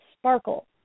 sparkle